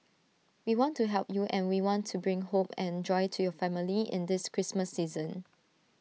we want to help you and we want to bring hope and joy to your family in this Christmas season